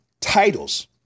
Titles